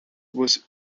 was